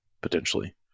potentially